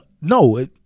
no